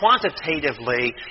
quantitatively